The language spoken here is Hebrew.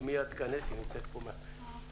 שתיכנס מיד.